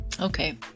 Okay